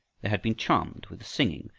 they had been charmed with the singing,